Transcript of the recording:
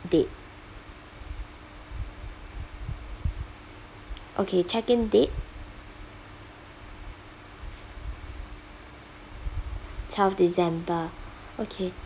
date okay check in date twelve december okay